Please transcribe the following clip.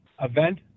event